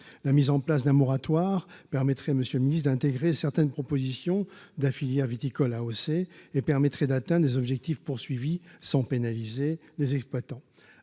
la mise en place d'un moratoire permettrait, Monsieur le ministre d'intégrer certaines propositions d'affiliés à viticoles AOC et permettrait d'atteinte des objectifs poursuivis sans pénaliser les exploitants